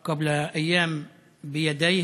לפני כמה ימים הוא נפצע בידיו